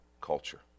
culture